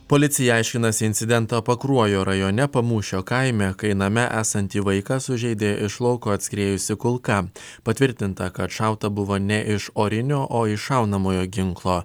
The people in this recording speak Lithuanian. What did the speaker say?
policija aiškinasi incidentą pakruojo rajone pamūšio kaime kai name esantį vaiką sužeidė iš lauko atskriejusi kulka patvirtinta kad šauta buvo ne iš orinio o iš šaunamojo ginklo